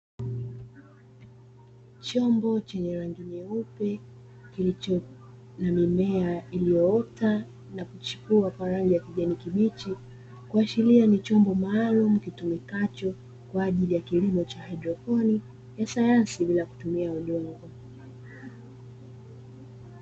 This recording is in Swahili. Chombo chenye rangi nyeupe kilicho na mimea iliyoota na kuchipua kwa rangi ya kijani kibichi kuashiria ni chombo maalumu kitumikacho kwa ajili ya kilimo cha haidroponi ya sayansi ya bila kutumia udongo.